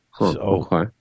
Okay